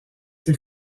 ses